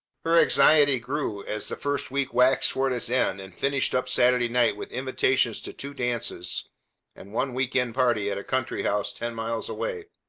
her anxiety grew as the first week waxed toward its end and finished up saturday night with invitations to two dances and one week-end party at a country house ten miles away.